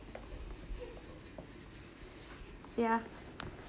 yeah